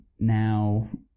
Now